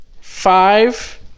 Five